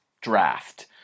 draft